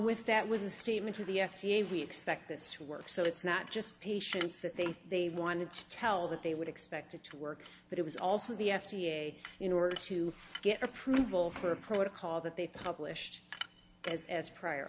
with that was a statement to the f d a we expect this to work so it's not just patients that they they wanted to tell that they would expect it to work but it was also the f d a in order to get approval for a protocol that they published as prior